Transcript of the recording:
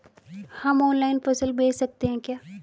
हम ऑनलाइन फसल बेच सकते हैं क्या?